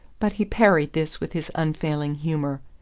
but he parried this with his unfailing humour.